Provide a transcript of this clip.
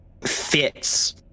fits